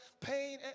pain